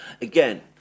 again